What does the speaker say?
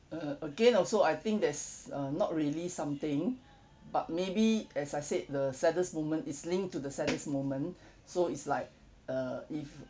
err again also I think there's uh not really something but maybe as I said the saddest moment is linked to the saddest moment so it's like uh if